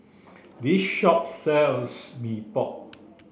this shop sells Mee Pok